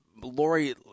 Lori